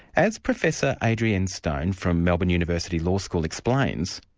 as professor adrienne stone, from melbourne university law school, explains,